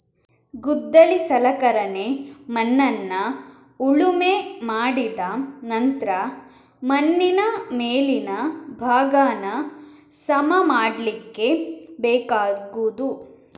ಗುದ್ದಲಿ ಸಲಕರಣೆ ಮಣ್ಣನ್ನ ಉಳುಮೆ ಮಾಡಿದ ನಂತ್ರ ಮಣ್ಣಿನ ಮೇಲಿನ ಭಾಗಾನ ಸಮ ಮಾಡ್ಲಿಕ್ಕೆ ಬೇಕಾಗುದು